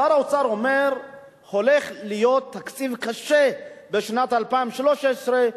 שר האוצר אומר: הולך להיות תקציב קשה בשנת 2013,